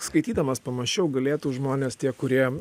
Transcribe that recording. skaitydamas pamąsčiau galėtų žmonės tie kurie